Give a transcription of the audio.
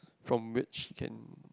form which you can